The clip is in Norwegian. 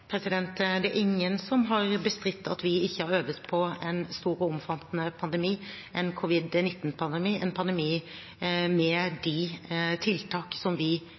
Det er ingen som har bestridt at vi ikke har øvet på en stor og omfattende pandemi, en covid-19-pandemi, en pandemi med de tiltak som vi måtte gjennomføre. Det har ingen bestridt. Men det vi